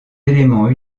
éléments